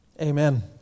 Amen